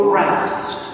rest